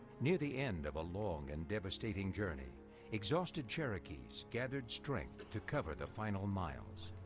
near the end of a long and devastating journey exhausted cherokees gathered strength to cover the final miles.